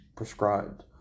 prescribed